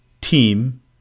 team